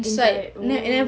inside oh